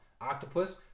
Octopus